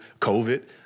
COVID